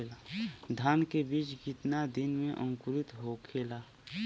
धान के बिज कितना दिन में अंकुरित होखेला?